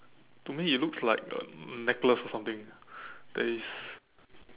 to me it looks like a necklace or something that is